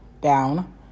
Down